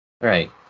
right